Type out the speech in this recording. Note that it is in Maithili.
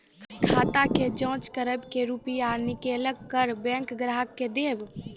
खाता के जाँच करेब के रुपिया निकैलक करऽ बैंक ग्राहक के देब?